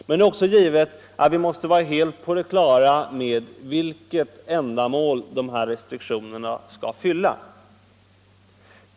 Men vi måste också vara helt på det klara med vilket ändamål dessa restriktioner skall fylla.